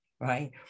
right